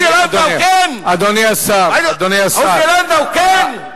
מה שאתם, עוזי לנדאו, כן.